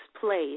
place